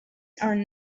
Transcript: are